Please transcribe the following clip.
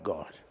God